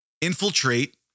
infiltrate